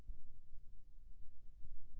बीज अंकुरित कैसे होथे?